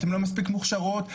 אתן לא מספיק מוכשרות,